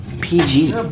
PG